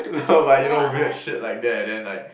no but you know weird shit like that and then like